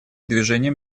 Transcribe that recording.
движением